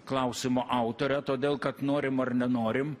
klausimo autorę todėl kad norim ar nenorim